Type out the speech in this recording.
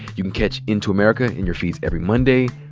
you can catch into america in your feeds every monday,